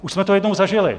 Už jsme to jednou zažili.